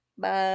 Bye